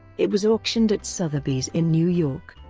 it was auctioned at sotheby's in new york.